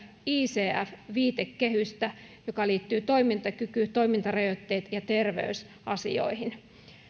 icf viitekehystä joka liittyy toimintaky ky toimintarajoite ja terveysasioihin